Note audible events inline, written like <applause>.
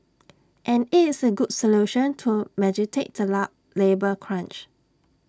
and IT is A good solution to <unintelligible> the <unintelligible> labour crunch